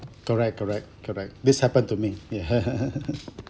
correct correct correct this happen to me ya